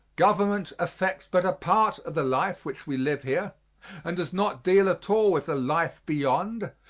government affects but a part of the life which we live here and does not deal at all with the life beyond,